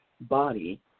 body